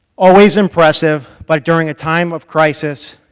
always impressive, but during a time of crisis,